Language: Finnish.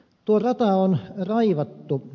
tuo rata on raivattu